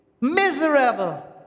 miserable